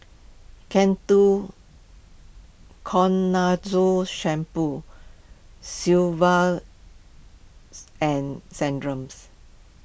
Ketoconazole Shampoo Sigvaris and Centrums